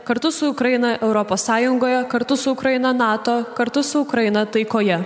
kartu su ukraina europos sąjungoje kartu su ukraina nato kartu su ukraina taikoje